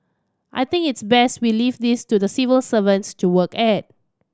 I think it's best we leave this to the civil servants to work at